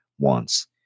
wants